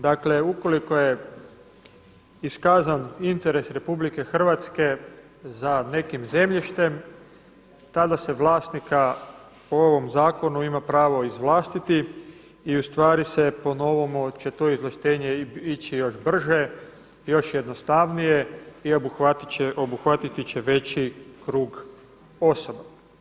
Dakle ukoliko je iskazan interes Republike Hrvatske za nekim zemljištem, tada se vlasnika po ovom zakonu ima pravo izvlastiti i u stvari se po novome će to izvlaštenje ići još brže, još jednostavnije i obuhvatit će veći krug osoba.